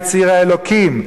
יציר האלוקים,